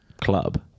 club